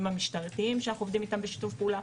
המשטרתיים שאנחנו עובדים איתם בשיתוף פעולה.